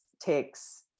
takes